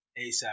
ASAP